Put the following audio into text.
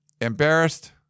Embarrassed